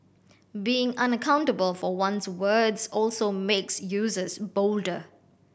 being unaccountable for one's words also makes users bolder